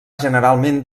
generalment